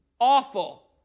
awful